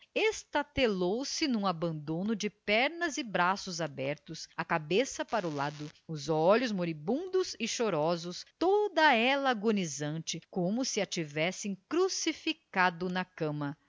convulsa estatelou se num abandono de pernas e braços abertos a cabeça para o lado os olhos moribundos e chorosos toda ela agonizante como se a tivessem crucificado na cama